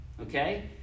okay